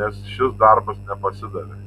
nes šis darbas nepasidavė